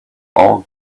all